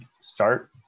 start